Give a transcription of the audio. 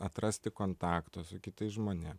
atrasti kontaktą su kitais žmonėm